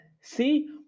see